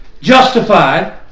justified